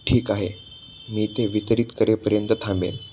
ठीक आहे मी ते वितरित करेपर्यंत थांबेन